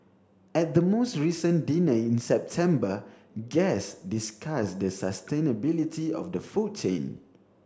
at the most recent dinner in September guest discuss the sustainability of the food chain